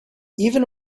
even